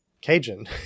Cajun